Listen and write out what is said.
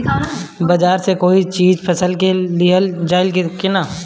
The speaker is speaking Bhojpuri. बाजार से कोई चीज फसल के लिहल जाई किना?